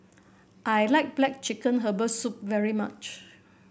I like black chicken Herbal Soup very much